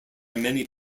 many